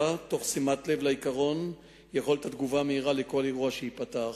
תוך שימת לב לעקרון יכולת התגובה המהירה לכל אירוע שייפתח.